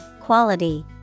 quality